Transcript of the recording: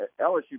LSU